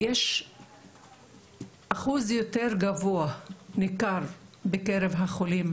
ויש אחוז יותר גבוה ניכר בקרב החולים